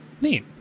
Neat